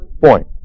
point